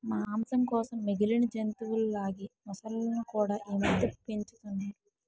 మాంసం కోసం మిగిలిన జంతువుల లాగే మొసళ్ళును కూడా ఈమధ్య పెంచుతున్నారు